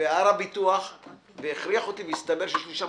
הסתבר שיש לי שם